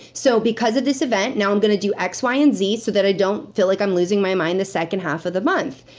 so because of this event, now i'm gonna do x, y, and z, so i don't feel like i'm losing my mind the second half of the month.